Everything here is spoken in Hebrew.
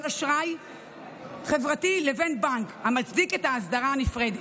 ואשראי חברתי לבין בנק המצדיק את האסדרה הנפרדת.